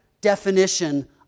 definition